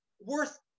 worth